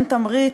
אין תמריץ,